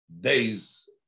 days